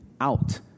out